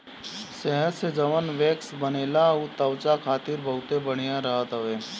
शहद से जवन वैक्स बनेला उ त्वचा खातिर बहुते बढ़िया रहत हवे